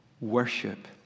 worship